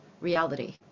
reality